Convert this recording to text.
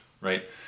right